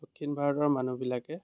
দক্ষিণ ভাৰতৰ মানুহবিলাকে